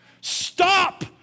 Stop